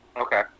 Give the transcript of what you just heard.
Okay